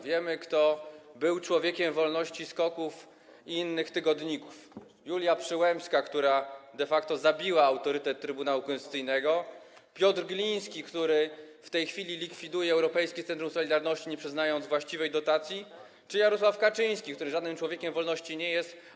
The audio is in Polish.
Wiemy, kto był Człowiekiem Wolności SKOK-ów, innych tygodników: Julia Przyłębska, która de facto zabiła autorytet Trybunału Konstytucyjnego, Piotr Gliński, który w tej chwili likwiduje Europejskie Centrum Solidarności, nie przyznając właściwej dotacji, czy Jarosław Kaczyński, który żadnym człowiekiem wolności nie jest.